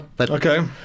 Okay